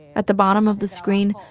at the bottom of the screen,